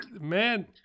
Man